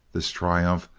this triumph,